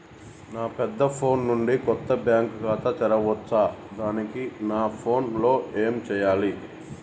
నా పెద్ద ఫోన్ నుండి కొత్త బ్యాంక్ ఖాతా తెరవచ్చా? దానికి నా ఫోన్ లో ఏం చేయాలి?